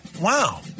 Wow